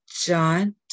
John